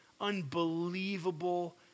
unbelievable